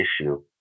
issue